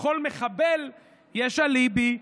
לכל מחבל יש אליבי,